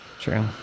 True